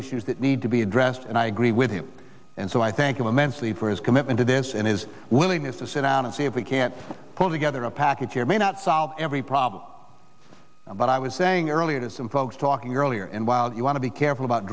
issues that need to be addressed and i agree with him and so i thank you immensely for his commitment to this and his willingness to sit down and see if we can pull together a package here may not solve every problem but i was saying earlier to some folks talking earlier and while you want to be careful about